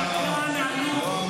שקרן עלוב.